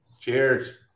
Cheers